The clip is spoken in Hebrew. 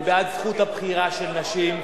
היא בעד זכות הבחירה של נשים,